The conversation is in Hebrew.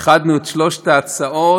איחדנו את שלוש ההצעות,